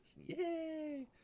yay